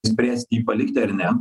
spręsti jį palikti ar ne